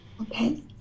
Okay